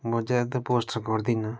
म ज्यादा पोस्ट त गर्दिनँ